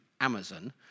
Amazon